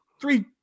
three